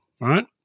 right